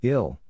Ill